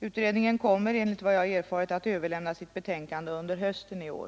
Utredningen kommer enligt vad jag erfarit att överlämna sitt betänkande under hösten iår.